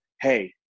Hey